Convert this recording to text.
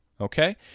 okay